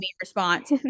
response